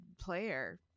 player